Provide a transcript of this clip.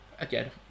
again